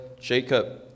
Jacob